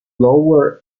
lower